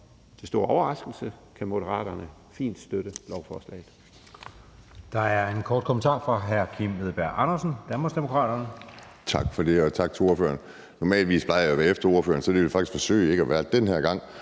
til stor overraskelse – kan Moderaterne fint støtte lovforslaget.